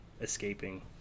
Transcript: escaping